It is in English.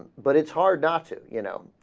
but it's hard not to you know